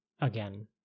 again